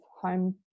home